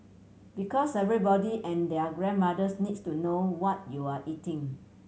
because everybody and their grandmothers needs to know what you're eating